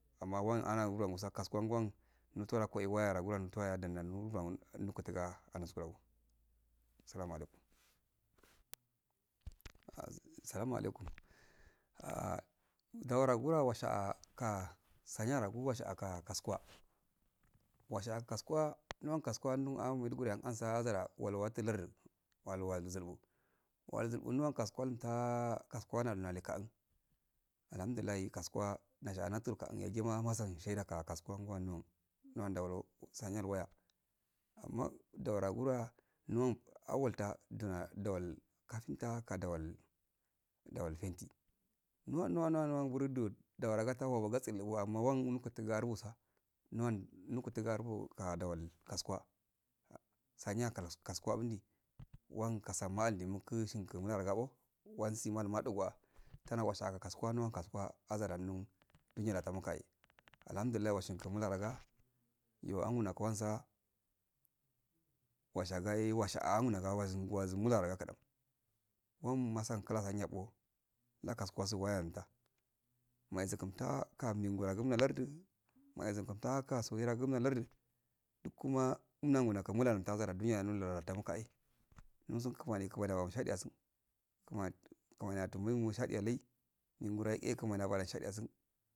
Amma uwan ana kasugu wangwan nufuhe nakawa waya rogh waya ro dungulmo dwan unkutuka ah naskungo salama laimkum salama laikum ah daurogu di oshaka saniya rogu oshaka kasuguwa ohaka kasuguwa ndau kashinga ah an əndu maisuduguri ani ansa ansa du otu lardu walu wu zubi du zulbu ndalin kesuguwa nustaa kasugu nale ka un alhamdu lillahi kasugu ah nasha naftun yagima mahəun ka kasugu wanka nau do dau saniya waya amma ndaurai gura nou awal da wal kapinta ka dawal paintir nuwa nuwa ngor dot dawa gara totse ga wah kun tarbo gara totse ga wah kun tarbo tsa nowun ku tarbo ka ndu gol kasuguwa saniya kara kasuguwa mdi wan kasan mai ndi muku shingi mula rogo ko wansi malu modo kawa tana oshaka kasuguwa ani azar ah nau do nyiɔo muka alhamdulliahi osinki mula roko iyo ammnogo asa washakaye washa ammaaye amnno wazin wazin mularuga kadaa wan masan saniya ko nda kasugu ah waya emta masum kinta ka megumo ah lardu wayesun kumta lordu dukuma umna naku namto gara duniya gara doh emkehe mu sun kumani kumani safokun shade waso kuman atum shafewa lai mai eh kumani afoda shadewa sun.